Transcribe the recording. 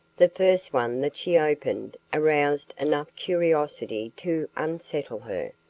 the first one that she opened aroused enough curiosity to unsettle her.